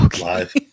Live